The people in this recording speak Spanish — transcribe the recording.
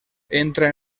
entra